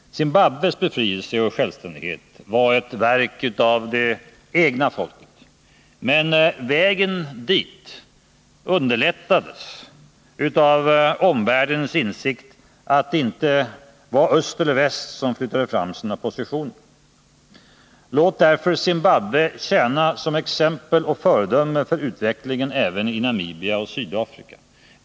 Zimbabwes befrielse och självständighet var ett verk av det egna folket, men vägen dit underlättades av omvärldens stöd och insikt att det inte var en fråga om hur öst eller väst skulle flytta fram sina positioner. Låt därför Zimbabwe tjäna som exempel och föredöme för utvecklingen även i Namibia och Sydafrika.